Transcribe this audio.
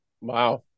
wow